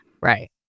Right